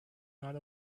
not